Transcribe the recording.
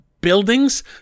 buildings